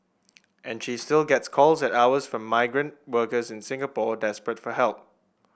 and she still gets calls at hours from migrant workers in Singapore desperate for help